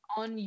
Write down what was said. on